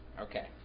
Okay